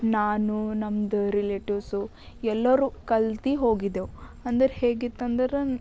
ನಾನು ನಮ್ದು ರಿಲೇಟಿವ್ಸು ಎಲ್ಲರು ಕಲ್ತು ಹೋಗಿದ್ದೇವು ಅಂದ್ರೆ ಹೇಗಿತ್ತಂದರೆ